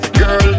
girl